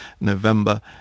November